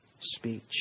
speech